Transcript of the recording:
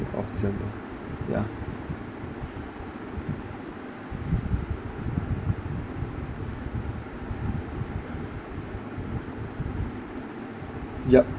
of december yeah yup